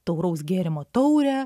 tauraus gėrimo taurę